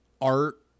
art